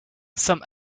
some